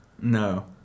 No